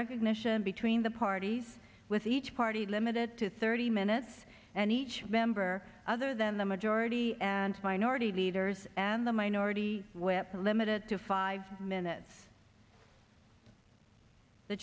recognition between the parties with each party limited to thirty minutes and each member other than the majority and minority leaders and the minority whip are limited to five minutes the